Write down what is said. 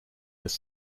this